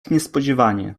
niespodzianie